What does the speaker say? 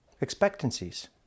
expectancies